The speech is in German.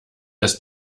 das